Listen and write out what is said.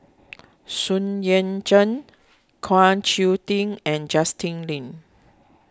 Sun Yan Zhen Kwa Choo Tee and Justin Lean